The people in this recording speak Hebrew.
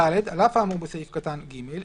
(ד)על אף האמור בסעיף קטן (ג),